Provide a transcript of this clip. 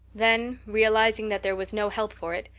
then, realizing that there was no help for it,